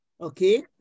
okay